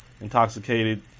intoxicated